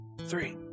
three